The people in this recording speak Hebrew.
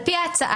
על פי ההצעה,